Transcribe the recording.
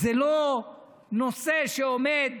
זה לא נושא שעומד